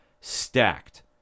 stacked